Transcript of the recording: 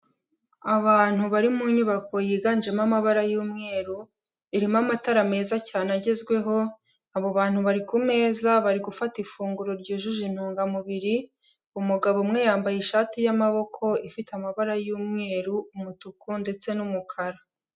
Abantu bari mu nyubako yiganjemo amabara y'umweru, irimo amatara meza cyane agezweho, abo bantu bari ku meza bari gufata ifunguro ryujuje intungamubiri, umugabo umwe yambaye ishati y'amaboko ifite amabara y'umweru, umutuku ndetse n'umukara.